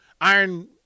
iron